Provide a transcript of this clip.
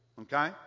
Okay